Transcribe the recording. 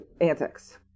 antics